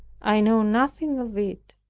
i know nothing of it,